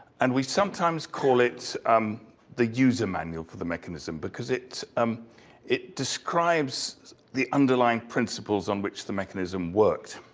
and we sometimes call it um the user manual for the mechanism, because it um it describes the underlying principles on which the mechanism worked.